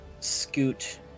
Scoot